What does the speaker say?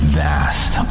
vast